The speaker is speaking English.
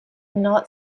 not